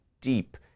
deep